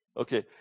Okay